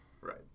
Right